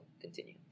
continue